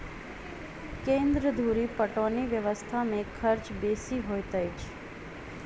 केन्द्र धुरि पटौनी व्यवस्था मे खर्च बेसी होइत अछि